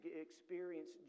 experience